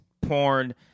Porn